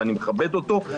ואני מכבד אותו,